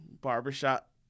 Barbershop